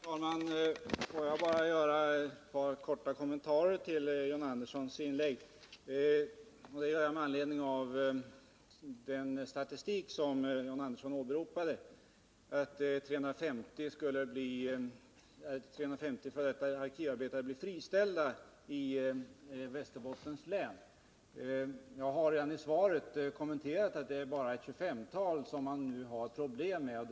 Herr talman! Får jag bara göra ett par korta kommentarer till John Anderssons inlägg. Jag vill göra det med anledning av den statistik som John Andersson åberopade när han sade att 350 arkivarbetare skulle bli friställda i Västerbottens län. Jag har redan i svaret påpekat att det bara är i ett tjugofemtal fall som problem med anställning kan uppkomma.